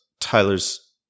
Tyler's